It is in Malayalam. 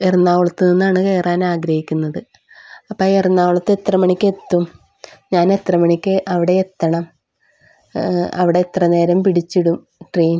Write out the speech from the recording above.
എറണാകുളത്ത് നിന്നാണ് കയറാൻ ആഗ്രഹിക്കുന്നത് അപ്പം എറണാകുളത്ത് എത്ര മണിക്കെത്തും ഞാനെത്ര മണിക്ക് അവിടെ എത്തണം അവിടെ എത്ര നേരം പിടിച്ചിടും ട്രെയിൻ